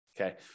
okay